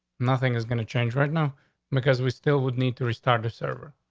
nothing is gonna change right now because we still would need to restart the server,